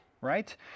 Right